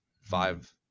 five